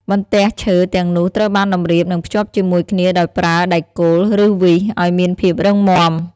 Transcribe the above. បន្ទះឈើទាំងនោះត្រូវបានតម្រៀបនិងភ្ជាប់ជាមួយគ្នាដោយប្រើ ដែកគោល ឬ វីស ឲ្យមានភាពរឹងមាំ។